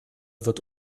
wird